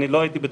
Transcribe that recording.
לא הייתי,